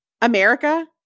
America